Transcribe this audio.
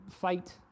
fight